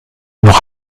noch